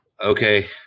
Okay